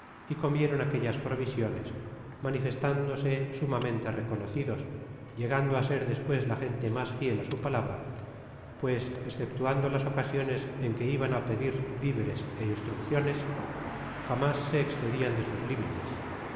y comeron aquellas provisiones manifestándose sumamente reconocidos llegando á ser despues la gente mas fiel á su palabra pues exceptuando las ooasiones en que iban á pedir viveres é instrucciones jamás se escedian de sus limites